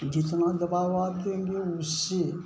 जितना दबाव आप देंगे उससे